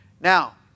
Now